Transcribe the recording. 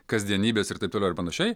kasdienybės ir taip toliau ir panašiai